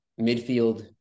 midfield